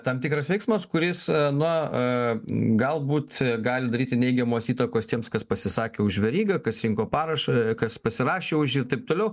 tam tikras veiksmas kuris na galbūt gali daryti neigiamos įtakos tiems kas pasisakė už verygą kas rinko parašą kas pasirašė už jį ir taip toliau